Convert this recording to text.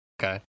okay